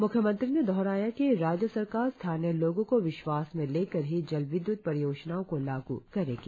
म्ख्यमंत्री ने दोहराया कि राज्य सरकार स्थानीय लोगों को विश्वास में लेकर ही जल विद्युत परियोजनाओं को लागू करेगी